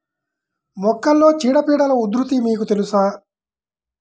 మొక్కలలో చీడపీడల ఉధృతి మీకు తెలుసా?